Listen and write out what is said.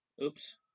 Oops